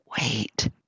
wait